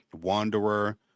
Wanderer